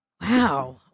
wow